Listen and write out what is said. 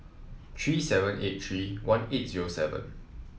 three seven eight three one eight zero seven